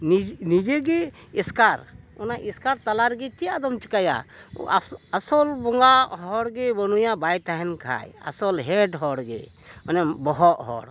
ᱱᱤᱡ ᱱᱤᱡᱮ ᱜᱮ ᱮᱥᱠᱟᱨ ᱚᱱᱟ ᱮᱥᱠᱟᱨ ᱛᱟᱞᱟ ᱨᱮᱜᱮ ᱪᱮᱫ ᱟᱫᱚᱢ ᱪᱤᱠᱟᱹᱭᱟ ᱟᱥᱚᱞ ᱵᱚᱸᱜᱟ ᱦᱚᱲ ᱜᱮ ᱵᱟᱹᱱᱩᱭᱟ ᱵᱟᱭ ᱛᱟᱦᱮᱱ ᱠᱷᱟᱱ ᱟᱥᱚᱞ ᱦᱮᱰ ᱦᱚᱲ ᱜᱮ ᱢᱟᱱᱮ ᱵᱚᱦᱚᱜ ᱦᱚᱲ